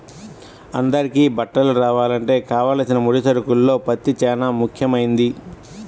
అందరికీ బట్టలు రావాలంటే కావలసిన ముడి సరుకుల్లో పత్తి చానా ముఖ్యమైంది